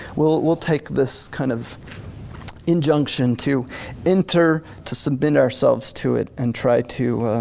we'll we'll take this kind of injunction to enter, to submit ourselves to it and try to